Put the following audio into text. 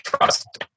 trust